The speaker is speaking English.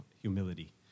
humility